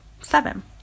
Seven